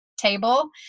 table